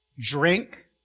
drink